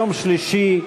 יום שלישי,